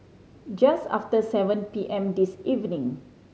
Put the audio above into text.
just after seven P M this evening